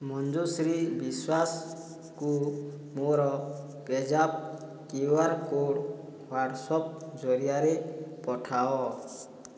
ମଞ୍ଜୁଶ୍ରୀ ବିଶ୍ୱାସଙ୍କୁ ମୋର ପେ ଜାପ୍ କ୍ୟୁ ଆର୍ କୋଡ଼୍ ହ୍ଵାଟ୍ସଆପ ଜରିଆରେ ପଠାଅ